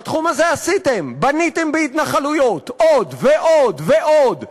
בתחום הזה עשיתם: בניתם בהתנחלויות עוד ועוד ועוד,